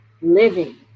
living